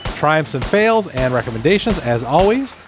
triumphs and fails and recommendations, as always.